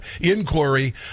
inquiry